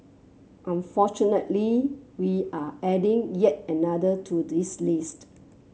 unfortunately we're adding yet another to this list